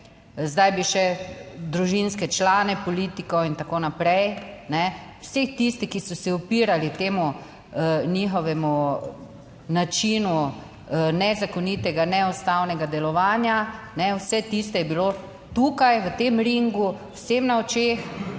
zdaj bi še družinske člane politikov in tako naprej, vse tiste, ki so se upirali temu njihovemu načinu nezakonitega, neustavnega delovanja, vse tiste je bilo tukaj v tem ringu, vsem na očeh